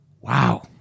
wow